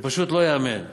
זה פשוט לא ייאמן.